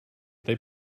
they